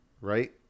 right